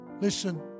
listen